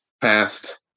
past